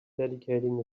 dedicating